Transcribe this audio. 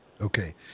Okay